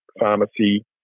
pharmacy